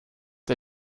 der